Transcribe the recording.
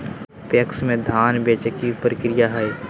PACS में धाम बेचे के प्रक्रिया की हय?